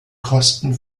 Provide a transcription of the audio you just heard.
kosten